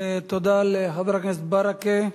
תודה לחבר הכנסת ברכה.